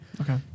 Okay